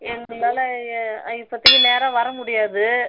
எங்களால் இப்போதிக்கு நேராக வர முடியாது